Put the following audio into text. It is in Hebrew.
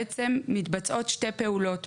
בעצם מתבצעות שתי פעולות.